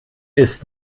ist